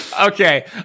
Okay